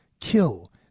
kill